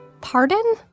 Pardon